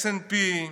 S&P,